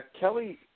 Kelly